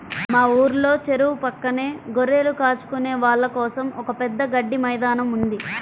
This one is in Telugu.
మా ఊర్లో చెరువు పక్కనే గొర్రెలు కాచుకునే వాళ్ళ కోసం ఒక పెద్ద గడ్డి మైదానం ఉంది